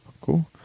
Cool